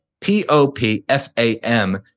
P-O-P-F-A-M